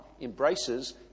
embraces